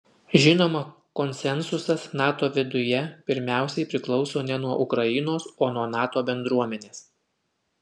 žinoma konsensusas nato viduje pirmiausiai priklauso ne nuo ukrainos o nuo nato bendruomenės